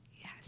Yes